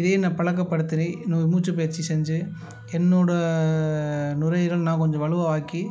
இதே நான் பழக்கப்படுத்துறேன் இன்னும் மூச்சுப் பயிற்சி செஞ்சேன் என்னோடய நுரையீரல் நான் கொஞ்சம் வலுவாக்கி